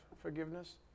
forgiveness